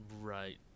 right